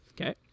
okay